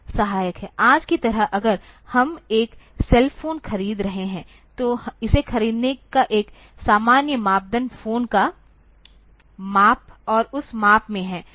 आज की तरह अगर हम एक सेल फोन खरीद रहे हैं तो इसे खरीदने का एक सामान्य मापदंड फोन का माप और उस माप में है